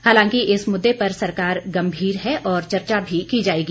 हालांकि इस मुद्दे पर सरकार गंभीर है और चर्चा भी की जाएगी